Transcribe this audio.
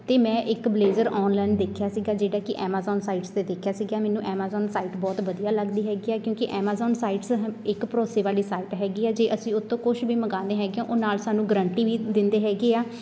ਤੇ ਮੈਂ ਇੱਕ ਬਲੇਜ਼ਰ ਔਨਲਾਈਨ ਦੇਖਿਆ ਸੀਗਾ ਜਿਹੜਾ ਕਿ ਐਮਾਜ਼ੋਨ ਸਾਈਟਸ 'ਤੇ ਦੇਖਿਆ ਸੀਗਾ ਮੈਨੂੰ ਐਮਾਜ਼ੋਨ ਸਾਈਟ ਬਹੁਤ ਵਧੀਆ ਲੱਗਦੀ ਹੈਗੀ ਆ ਕਿਉਂਕਿ ਐਮਾਜ਼ੋਨ ਸਾਈਟਸ ਹ ਇੱਕ ਭਰੋਸੇ ਵਾਲੀ ਸਾਈਟ ਹੈਗੀ ਆ ਜੇ ਅਸੀਂ ਉਹ ਤੋਂ ਕੁਛ ਵੀ ਮੰਗਾਉਂਦੇ ਹੈਗੇ ਆ ਉਹ ਨਾਲ਼ ਸਾਨੂੰ ਗਰੰਟੀ ਵੀ ਦਿੰਦੇ ਹੈਗੇ ਆ